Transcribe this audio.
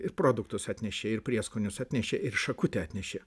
ir produktus atnešė ir prieskonius atnešė ir šakutę atnešė